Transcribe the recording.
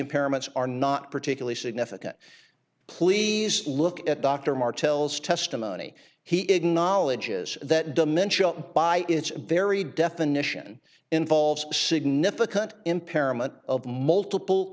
impairments are not particularly significant please look at dr martell's testimony he acknowledges that dementia by its very definition involves significant impairment of multiple